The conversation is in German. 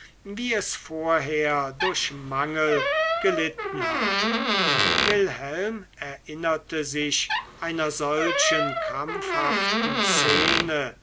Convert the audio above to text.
wie es vorher durch mangel gelitten habe wilhelm erinnerte sich einer solchen krampfhaften szene